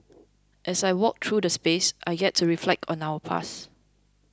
as I walk through the space I get to reflect on our past